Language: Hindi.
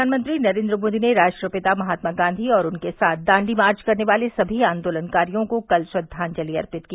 प्रधानमंत्री नरेन्द्र मोदी ने राष्ट्रपिता महात्मा गांधी और उनके साथ दांडी मार्च करने वाले सभी आंदोलनकारियों को कल श्रद्वांजलि अर्पित की